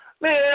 Man